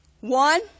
One